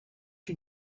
you